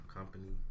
Company